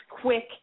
quick